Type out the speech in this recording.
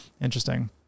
Interesting